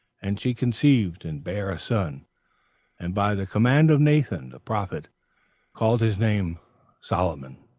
and she conceived and bare a son and by the command of nathan the prophet called his name solomon.